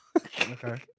Okay